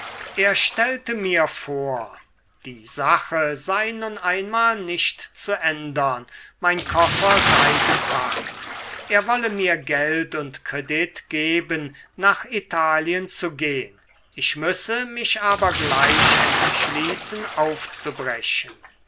er stellte mir vor die sache sei nun einmal nicht zu ändern mein koffer sei gepackt er wolle mir geld und kredit geben nach italien zu gehn ich müsse mich aber gleich entschließen aufzubrechen